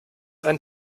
ein